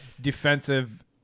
defensive